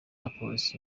alpes